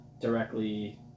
directly